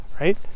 Right